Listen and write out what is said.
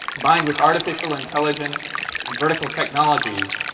combined with artificial intelligence and vertical technologies,